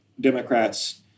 Democrats